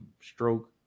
stroke